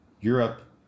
Europe